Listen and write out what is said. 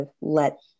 let